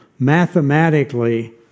Mathematically